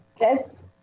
Yes